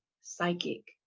psychic